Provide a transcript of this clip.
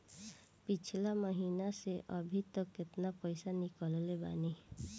पिछला महीना से अभीतक केतना पैसा ईकलले बानी?